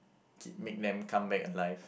K make them come back alive